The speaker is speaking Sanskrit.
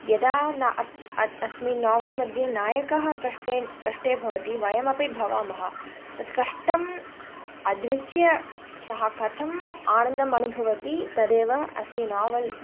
यदा न अस्मिन् नावल् माध्ये नायकः कष्टे कष्टे भवति वयमपि भवामः तत्कष्टम् अदृच्य सः कथम् आनन्दम् अनुभवति तदेव अस्य नावल्